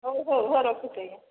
ହେଉ ହେଉ ହେଉ ରଖୁଛି